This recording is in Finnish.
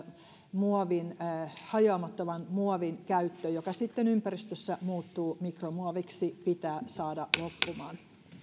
hajoamattoman muovin käyttö joka sitten ympäristössä muuttuu mikromuoviksi pitää saada loppumaan